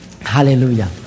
Hallelujah